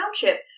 township